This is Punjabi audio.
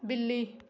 ਬਿੱਲੀ